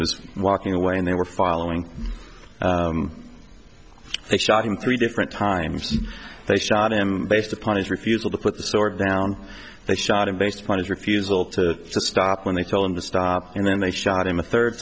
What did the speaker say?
was walking away and they were following it shocking three different times they shot him based upon his refusal to put the sort down they shot him based upon his refusal to stop when they told him to stop and then they shot him a third